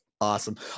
Awesome